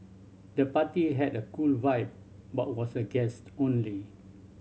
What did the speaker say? the party had a cool vibe but was the guest only